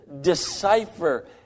decipher